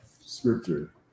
scripture